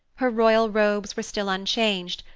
her royal robes were still unchanged,